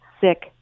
sick